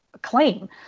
claim